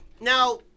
Now